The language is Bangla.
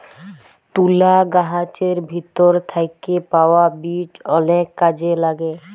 তুলা গাহাচের ভিতর থ্যাইকে পাউয়া বীজ অলেক কাজে ল্যাগে